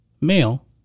male